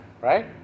Right